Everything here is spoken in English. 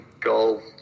goal